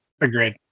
Agreed